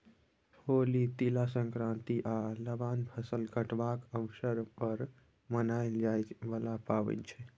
होली, तिला संक्रांति आ लबान फसल कटबाक अबसर पर मनाएल जाइ बला पाबैन छै